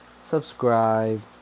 Subscribe